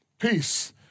peace